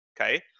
okay